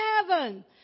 heaven